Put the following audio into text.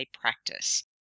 practice